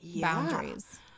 boundaries